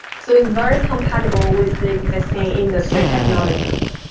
so it's very compatible with the existing industry technologies.